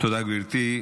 תודה, גברתי.